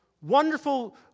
wonderful